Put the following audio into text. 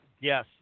yes